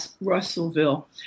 Russellville